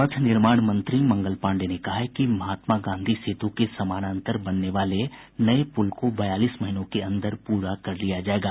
पथ निर्माण मंत्री मंगल पांडेय ने कहा है कि महात्मा गांधी सेतु के समानांतर बनने वाले नये पूल को बयालीस महीनों के अंदर पूरा कर लिया जायेगा